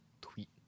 tweet